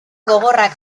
gogorrak